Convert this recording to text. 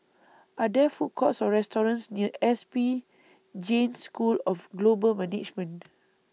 Are There Food Courts Or restaurants near S P Jain School of Global Management